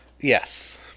Yes